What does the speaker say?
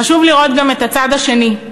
חשוב לראות גם את הצד השני,